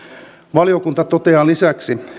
valiokunta toteaa lisäksi